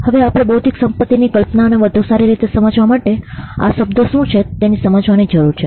હવે આપણે બૌદ્ધિક સંપત્તિની કલ્પનાને વધુ સારી રીતે સમજવા માટે આ શબ્દો શું છે તે સમજવાની જરૂર છે